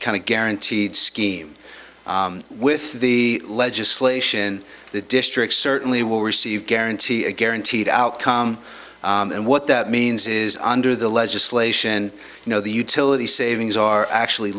kind of guaranteed scheme with the legislation the district certainly will receive guarantee a guaranteed outcome and what that means is under the legislation you know the utility savings are actually